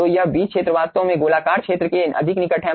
तो यह बी क्षेत्र वास्तव में गोलाकार क्षेत्र के अधिक निकट है